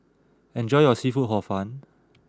enjoy your Seafood Hor Fun